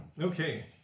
Okay